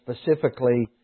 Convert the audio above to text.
specifically